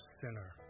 sinner